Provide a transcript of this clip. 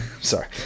sorry